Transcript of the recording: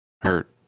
hurt